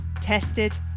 tested